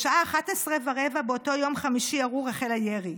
בשעה 11:15 באותו יום חמישי ארור החל הירי.